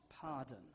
pardon